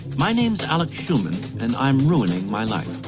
my name's alex schuman. and i'm ruining my life